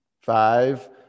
five